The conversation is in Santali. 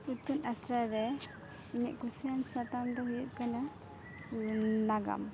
ᱤᱛᱩᱱ ᱟᱥᱟᱲᱟ ᱨᱮ ᱤᱧᱟᱹᱜ ᱠᱩᱥᱪᱟᱱ ᱥᱟᱛᱟᱢ ᱫᱚ ᱦᱩᱭᱩᱜ ᱠᱟᱱᱟ ᱱᱟᱜᱟᱢ